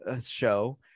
show